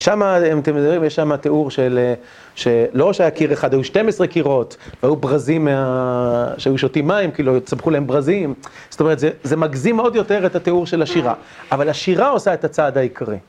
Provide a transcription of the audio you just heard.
שמה, אם אתם יודעים, יש שמה תיאור של, לא רק שהיה קיר אחד, היו 12 קירות והיו ברזים מה... שהיו שותים מים, כאילו צמחו להם ברזים. זאת אומרת, זה מגזים עוד יותר את התיאור של השירה. אבל השירה עושה את הצעד העיקרי.